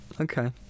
okay